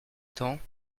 temps